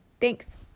Thanks